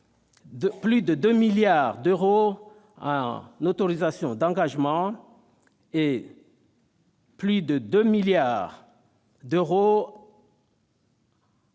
plus de 23 milliards d'euros en autorisations d'engagement et à plus de 22 milliards d'euros